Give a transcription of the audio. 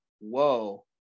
whoa